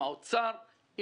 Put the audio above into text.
עם האוצר,